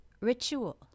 ritual